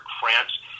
France